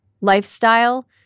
lifestyle